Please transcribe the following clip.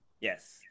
Yes